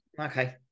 okay